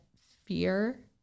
fear